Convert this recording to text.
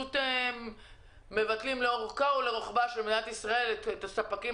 פשוט מבטלים לאורכה ולרוחבה של מדינת ישראל את הספקים